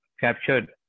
captured